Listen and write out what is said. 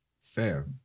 Fair